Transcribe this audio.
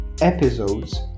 episodes